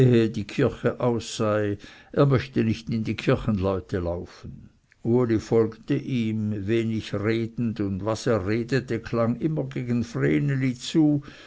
die kirche aus sei er möchte nicht in die kirchenleute laufen uli folgte ihm wenig redend und was et redete klang immer gegen vreneli zu